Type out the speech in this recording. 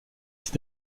ces